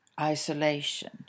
isolation